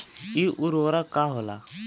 इ उर्वरक का होला?